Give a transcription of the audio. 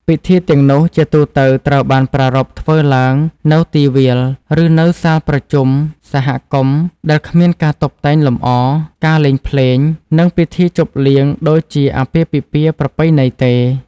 ពិធីទាំងនោះជាទូទៅត្រូវបានប្រារព្ធធ្វើឡើងនៅទីវាល ឬនៅសាលប្រជុំសហគមន៍ដែលគ្មានការតុបតែងលម្អ ការលេងភ្លេង និងពិធីជប់លៀងដូចជាអាពាហ៍ពិពាហ៍ប្រពៃណីទេ។